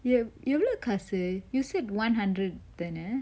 ev~ எவ்வளவு காசு:evvalavu kasu you said one hundred தான:thana